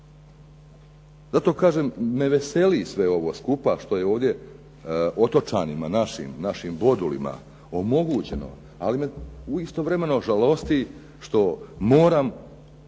Zato kažem, ne veseli sve ovo skupa što je ovdje otočanima našim, našim bodulima omogućeno ali me istovremeno žalosti što moram